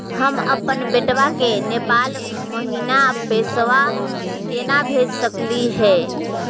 हम अपन बेटवा के नेपाल महिना पैसवा केना भेज सकली हे?